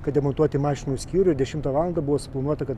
kad demontuoti mašinų skyrių dešimtą valandą buvo suplanuota kad